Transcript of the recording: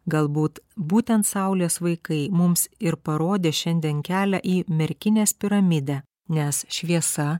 galbūt būtent saulės vaikai mums ir parodė šiandien kelią į merkinės piramidę nes šviesa